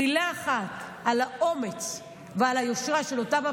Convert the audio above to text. מילה אחת על האומץ ועל היושרה של אותם מפגינים,